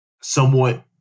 somewhat